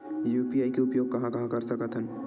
UPI के उपयोग कहां कहा कर सकत हन?